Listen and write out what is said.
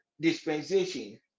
dispensation